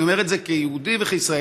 אני אומר את זה כיהודי וכישראלי,